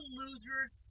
losers